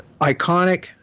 iconic